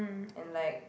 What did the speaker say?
and like